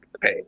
pay